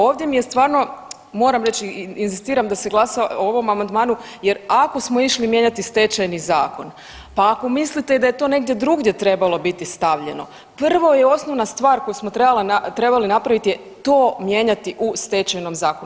Ovdje mi je stvarno, moram reći, inzistiram da se glasa o ovom amandmanu jer ako smo išli mijenjati Stečajni zakon, pa ako mislite da je to negdje drugdje trebalo biti stavljeno, prvo i osnovna stvar koju smo trebali napraviti je to mijenjati u Stečajnom zakonu.